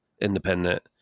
independent